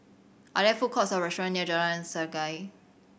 are there food courts or restaurant near Jalan Sungei